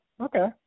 okay